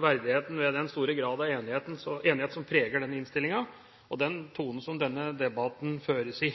verdigheten ved den store grad av enighet som preger denne innstillingen. Den tonen som denne debatten føres i,